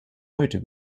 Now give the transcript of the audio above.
heute